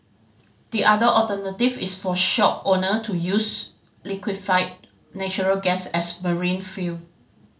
the other alternative is for shopowner to use liquefied natural gas as marine fuel